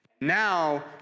Now